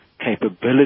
capability